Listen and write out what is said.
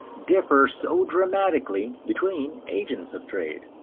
differ so dramatically between agents of trade.